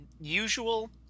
usual